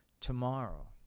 tomorrow